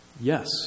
yes